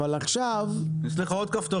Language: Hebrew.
אבל עכשיו יש לי כפתור.